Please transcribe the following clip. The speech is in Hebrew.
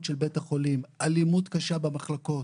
של בית החולים אלימות קשה במחלקות,